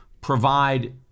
provide